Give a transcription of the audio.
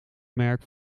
merk